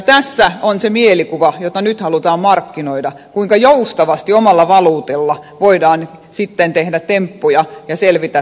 tässä on se mielikuva jota nyt halutaan markkinoida kuinka joustavasti omalla valuutalla voidaan sitten tehdä temppuja ja selvitä talouskriisistä